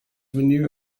renew